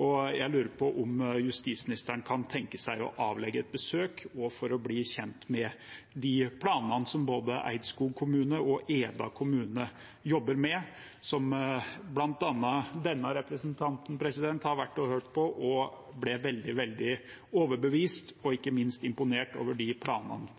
og jeg lurer på om justisministeren kan tenke seg å avlegge et besøk – også for å bli kjent med de planene som både Eidskog kommune og Eda kommune jobber med, som bl.a. denne representanten har vært og hørt på. Jeg ble veldig, veldig overbevist og